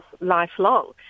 lifelong